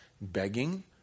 Begging